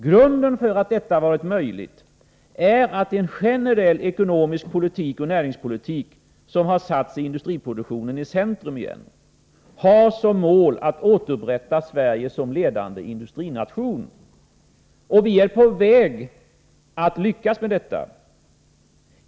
Grunden för att detta varit möjligt är en generell ekonomisk politik och en näringspolitik som satt industriproduktionen i centrum igen och som har som mål att återupprätta Sverige som en ledande industrination. Vi är på väg att lyckas med detta.